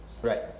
Right